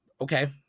Okay